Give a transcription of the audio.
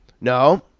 No